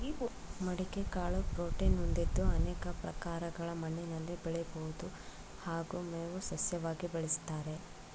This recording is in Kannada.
ಮಡಿಕೆ ಕಾಳು ಪ್ರೋಟೀನ್ ಹೊಂದಿದ್ದು ಅನೇಕ ಪ್ರಕಾರಗಳ ಮಣ್ಣಿನಲ್ಲಿ ಬೆಳಿಬೋದು ಹಾಗೂ ಮೇವು ಸಸ್ಯವಾಗಿ ಬೆಳೆಸ್ತಾರೆ